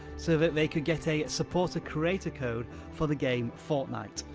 so that they could get a support-a-creator code for the game fortnite.